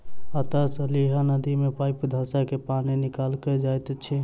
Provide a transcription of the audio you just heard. अंतः सलीला नदी मे पाइप धँसा क पानि निकालल जाइत अछि